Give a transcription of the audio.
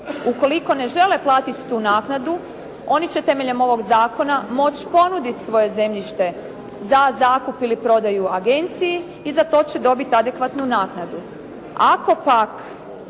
Ukoliko ne žele platiti tu naknadu, oni će temeljem ovog zakona moći ponuditi svoje zemljište za zakup ili prodaju agenciji i za to će dobiti adekvatnu naknadu.